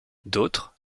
d’autres